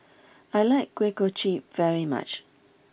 I like Kuih Kochi very much